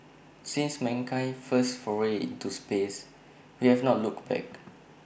since mankind's first foray into space we have not looked back